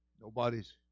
Nobody's